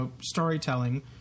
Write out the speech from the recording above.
storytelling